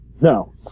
No